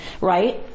right